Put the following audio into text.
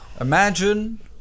Imagine